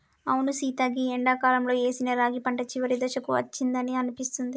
అవును సీత గీ ఎండాకాలంలో ఏసిన రాగి పంట చివరి దశకు అచ్చిందని అనిపిస్తుంది